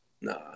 Nah